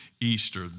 Easter